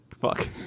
Fuck